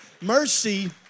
Mercy